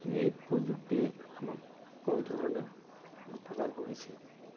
এই এই প্ৰযুক্তিয়ে আমাক বহু ধৰণে উপকাৰ কৰিছে